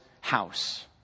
house